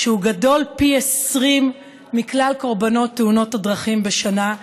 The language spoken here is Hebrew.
שהוא גדול פי 20 מכלל קורבנות תאונות הדרכים בשנה,